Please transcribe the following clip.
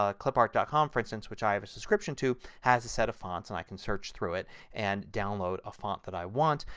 ah clipart dot com for instance, which i have a subscription to, has a set of fonts and i can search through it and download a font that i want.